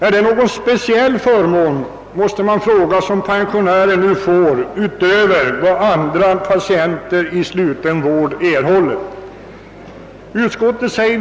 Är detta någon speciell förmån som pensionärer nu får utöver vad andra patienter i sluten vård erhåller? Den frågan måste också ställas.